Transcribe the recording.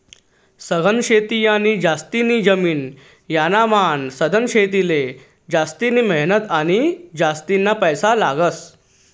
सघन शेती आणि जास्तीनी जमीन यानामान सधन शेतीले जास्तिनी मेहनत आणि जास्तीना पैसा लागस